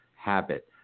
habit